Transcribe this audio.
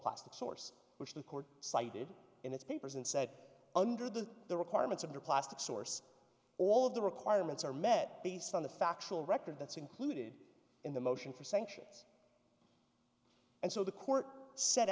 the source which the court cited in its papers and said under the the requirements of the plastic source all of the requirements are met based on the factual record that's included in the motion for sanctions and so the court set